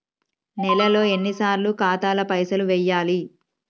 నెలలో ఎన్నిసార్లు ఖాతాల పైసలు వెయ్యాలి?